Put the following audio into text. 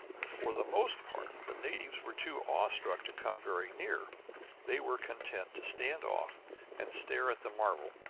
for the most part the natives were too awestruck to come very near they were content to stand off and stare at the marvel,